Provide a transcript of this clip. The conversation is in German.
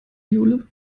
jule